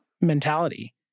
mentality